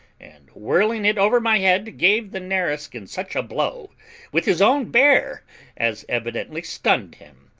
and whirling it over my head, gave the nareskin such a blow with his own bear as evidently stunned him.